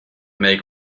make